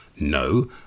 No